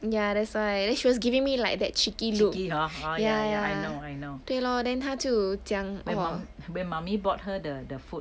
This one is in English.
ya that's why then she was giving me like that cheeky look ya ya 对 lor then 她就讲 !whoa!